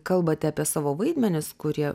kalbate apie savo vaidmenis kurie